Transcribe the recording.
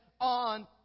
on